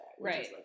Right